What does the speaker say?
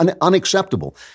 unacceptable